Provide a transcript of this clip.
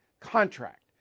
contract